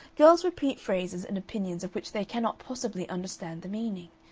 girls repeat phrases and opinions of which they cannot possibly understand the meaning.